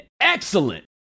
excellent